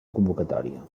convocatòria